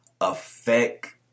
affect